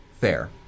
Fair